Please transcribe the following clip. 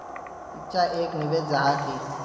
शिक्षा एक निवेश जाहा की?